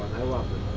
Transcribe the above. i love it.